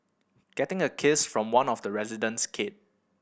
getting a kiss from one of the resident's kid